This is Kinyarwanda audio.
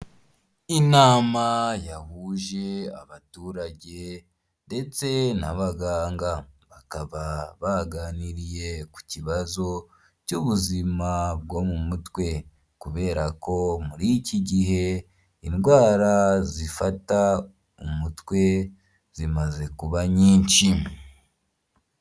Inama yahuje abaturage ndetse n'abaganga, bakaba baganiriye ku kibazo cy'ubuzima bwo mu mutwe kubera ko muri iki gihe indwara zifata umutwe zimaze kuba nyinshi.